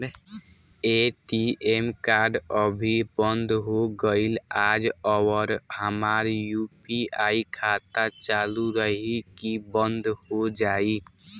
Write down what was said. ATM card अभी बंद हो गईल आज और हमार यू.पी.आई खाता चालू रही की बन्द हो जाई?